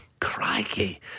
Crikey